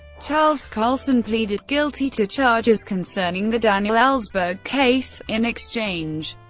charles colson pleaded guilty to charges concerning the daniel ellsberg case in exchange,